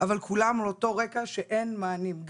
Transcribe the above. אבל כולם על אותו רקע שאין מענים.